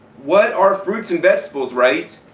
what are fruits and vegetables right?